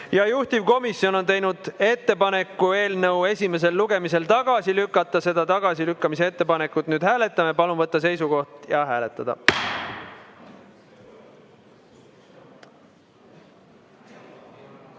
ja juhtivkomisjon on teinud ettepaneku eelnõu esimesel lugemisel tagasi lükata. Seda tagasilükkamise ettepanekut nüüd hääletame. Palun võtta seisukoht ja hääletada!